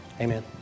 amen